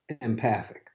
empathic